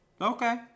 Okay